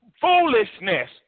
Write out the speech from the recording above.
Foolishness